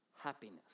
happiness